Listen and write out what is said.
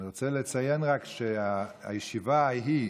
אני רוצה לציין רק שבישיבה ההיא,